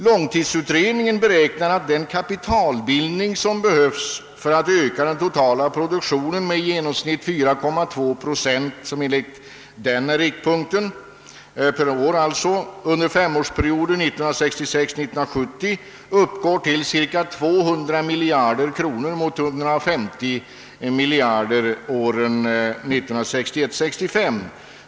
Långtidsutredningen beräknar att den kapitalbildning som behövs för att öka den totala produktionen med i genomsnitt 4,2 procent per år, som enligt utredningen är riktpunkten, uppgår till 200 miljarder kronor under femårsperioden 1966—1970 mot 150 miljarder under femårsperioden 1961—1965.